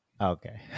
Okay